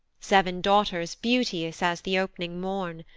seven daughters beauteous as the op'ning morn,